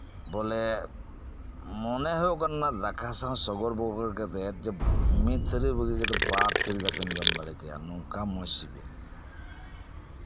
ᱵᱚᱞᱮ ᱢᱚᱱᱮ ᱦᱩᱭᱩᱜ ᱠᱟᱱᱟ ᱫᱟᱠᱟ ᱥᱟᱶ ᱥᱚᱜᱚᱨ ᱵᱚᱜᱚᱨ ᱠᱟᱛᱮᱜ ᱢᱤᱫ ᱛᱷᱟᱹᱨᱤ ᱵᱟᱜᱤ ᱠᱟᱛᱮ ᱵᱟᱨ ᱛᱷᱟᱹᱨᱤ ᱫᱟᱠᱟᱧ ᱡᱚᱢ ᱡᱚᱢ ᱫᱟᱲᱮ ᱠᱮᱭᱟ ᱱᱚᱝᱠᱟ ᱢᱚᱡᱽ ᱥᱤᱵᱤᱞ